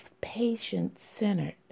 patient-centered